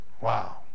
Wow